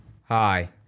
Hi